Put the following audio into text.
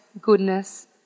goodness